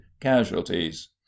casualties